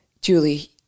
Julie